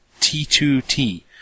T2T